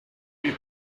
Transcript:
lui